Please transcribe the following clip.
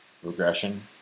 Regression